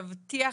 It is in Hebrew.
מבטיח,